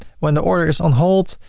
when the order is on hold,